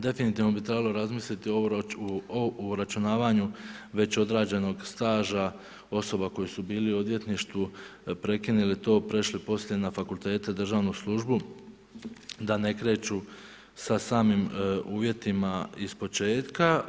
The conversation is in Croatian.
Definitivno bi trebalo razmisliti o uračunavanju već odrađenog staža osoba koje su bili u odvjetništvu i prekinili to, prešli poslije na fakultete u državnu službu da ne kreću sa samim uvjetima ispočetka.